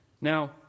Now